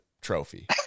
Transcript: trophy